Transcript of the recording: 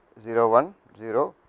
zero one zero,